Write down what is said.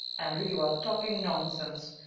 andrew you are talking nonsense.